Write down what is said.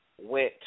went